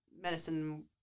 medicine